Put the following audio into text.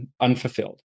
unfulfilled